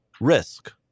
risk